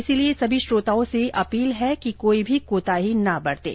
इसलिए सभी श्रोताओं से अपील है कि कोई भी कोताही न बरतें